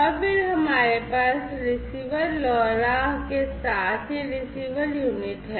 और फिर हमारे पास रिसीवर LoRa के साथ यह रिसीवर यूनिट है